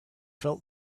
felt